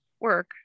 work